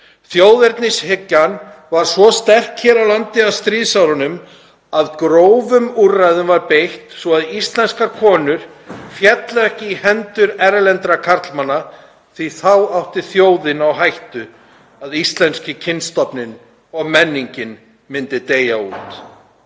Þjóðernishyggjan varð svo sterk hér á landi á stríðsárunum að grófum úrræðum var beitt svo að íslenskar konur féllu ekki í hendur erlendum karlmönnum því þá átti þjóðin á hættu að íslenski kynstofninn og menningin myndi deyja út.